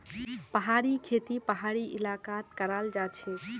पहाड़ी खेती पहाड़ी इलाकात कराल जाछेक